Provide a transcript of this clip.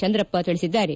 ಚಂದ್ರಪ್ಪ ತಿಳಿಸಿದ್ದಾರೆ